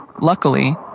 Luckily